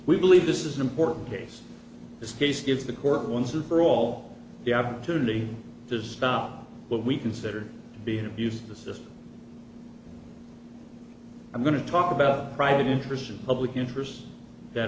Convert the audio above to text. we believe this is an important case this case gives the court once and for all the opportunity to stop what we consider being abused it's just i'm going to talk about private interest in public interest that